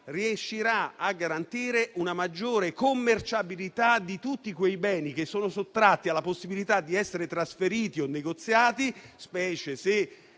riuscirà a garantire una maggiore commerciabilità di tutti quei beni sottratti alla possibilità di essere trasferiti o negoziati, specie se